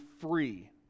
free